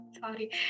sorry